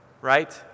Right